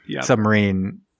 submarine